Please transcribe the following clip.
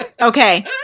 Okay